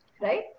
Right